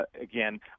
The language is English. Again